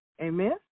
Amen